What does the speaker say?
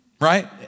right